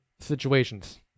situations